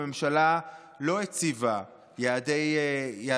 הממשלה לא הציבה יעדים,